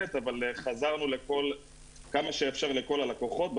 האינטרנט אבל חזרנו עד כמה שאפשר לכל הלקוחות.